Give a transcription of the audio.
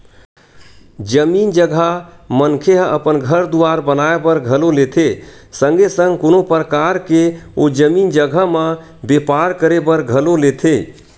जमीन जघा मनखे ह अपन घर दुवार बनाए बर घलो लेथे संगे संग कोनो परकार के ओ जमीन जघा म बेपार करे बर घलो लेथे